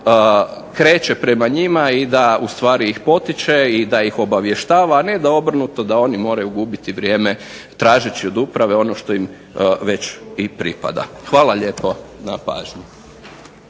kreće prema njima i da ustvari ih potiče i da ih obavještava, a ne obrnuto da oni moraju gubiti vrijeme tražeći od uprave ono što im već i pripada. Hvala lijepo na pažnji.